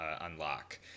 unlock